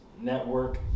network